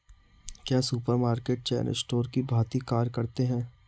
क्या supermarket chain store की भांति कार्य करते हैं?